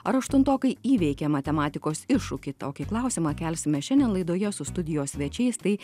ar aštuntokai įveikė matematikos iššūkį tokį klausimą kelsime šiandien laidoje su studijos svečiais tai